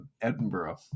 Edinburgh